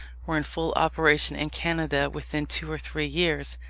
were in full operation in canada within two or three years,